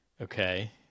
Okay